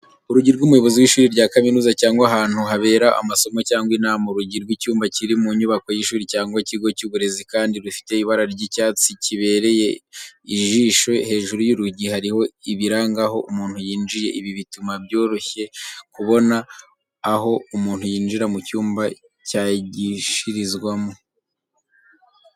Urugi rw'umuyobozi w'ishuri rya kaminuza cyangwa ahantu habera amasomo cyangwa inama. Urugi rw'icyumba kiri mu nyubako y'ishuri cyangwa ikigo cy'uburezi kandi rufite ibara ry'icyatsi kibereye ijisho. Hejuru y'urugi hariho ibiranga aho umuntu yinjiye, ibi bituma byoroshye kubona aho umuntu yinjira mu cyumba cyigishirizwamo.